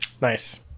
nice